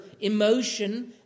emotion